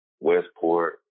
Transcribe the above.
Westport